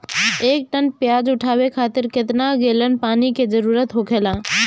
एक टन प्याज उठावे खातिर केतना गैलन पानी के जरूरत होखेला?